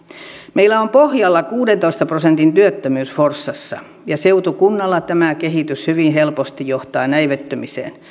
meillä on pohjalla kuudentoista prosentin työttömyys forssassa ja seutukunnalla tämä kehitys hyvin helposti johtaa näivettymiseen